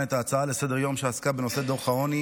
את ההצעה לסדר-היום שעסקה בנושא דוח העוני